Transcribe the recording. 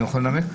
אני יכול להעיר?